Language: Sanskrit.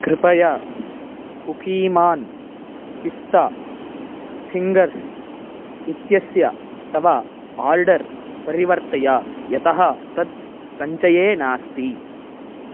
कृपया कुकीमान् पिस्ता फिङ्गर्स् इत्यस्य तव आर्डर् परिवर्तय यतः तत् सञ्चये नास्ति